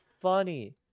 Funny